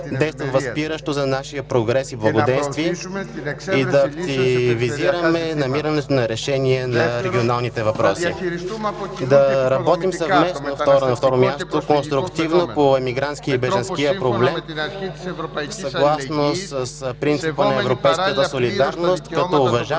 действа възпиращо за нашия прогрес и благоденствие и да активизираме намирането на решения по регионалните въпроси; - на второ място, да работим съвместно и конструктивно по емигрантския и бежанския проблем, съгласно принципа на европейската солидарност, като уважаваме